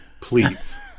Please